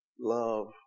love